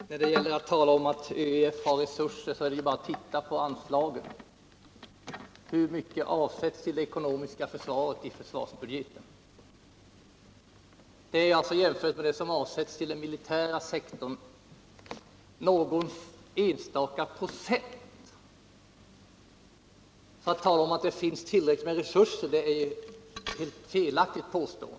Herr talman! När det talas om att ÖEF har resurser, så är det ju bara att se på anslagen. Hur mycket avsätts till det ekonomiska försvaret i försvarsbudgeten? Det är i jämförelse med det som avsätts till den militära sektorn någon enstaka procent. Att påstå att det finns resurser härvidlag är således felaktigt.